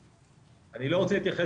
אני לא רוצה להתייחס,